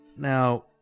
now